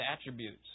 attributes